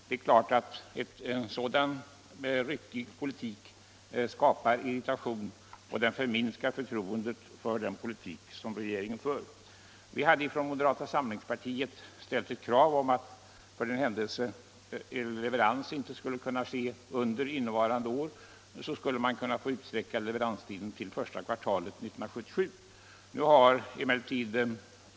Det är klart att en sådan ryckighet skapar irritation och minskar förtroendet för den politik som regeringen för. Vi hade från moderata samlingspartiet ställt ett krav att för den händelse beställda investeringsvaror inte skulle kunna levereras under innevarande år leverans skulle få ske under första kvartalet 1977 och avdrag eller bidrag ändå medges.